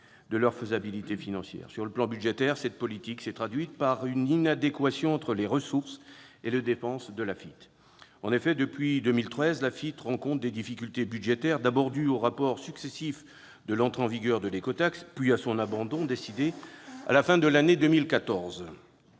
de leur faisabilité financière. Sur le plan budgétaire, cette politique s'est traduite par une inadéquation entre les ressources et les dépenses de l'AFITF. En effet, depuis 2013, l'AFITF rencontre des difficultés budgétaires. Celles-ci sont d'abord dues aux reports successifs de l'entrée en vigueur de l'écotaxe, puis à l'abandon de cette dernière, décidé à la fin de l'année 2014.